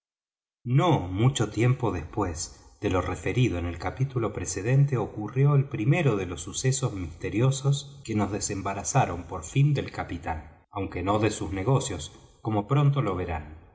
no mucho tiempo después de lo referido en el capítulo precedente ocurrió el primero de los sucesos misteriosos que nos desembarazaron por fin del capitán aunque no de sus negocios como pronto lo verán